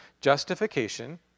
Justification